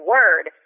Word